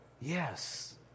Yes